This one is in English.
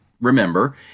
remember